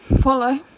follow